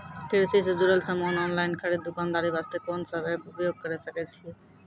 कृषि से जुड़ल समान ऑनलाइन खरीद दुकानदारी वास्ते कोंन सब एप्प उपयोग करें सकय छियै?